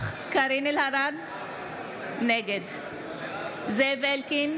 קארין אלהרר, נגד זאב אלקין,